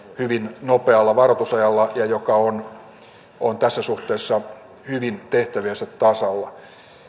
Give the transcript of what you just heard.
hyvin nopealla varoitusajalla ja joka on tässä suhteessa hyvin tehtäviensä tasalla